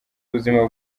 ubuzima